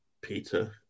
Peter